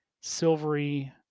silvery